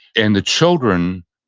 and the children,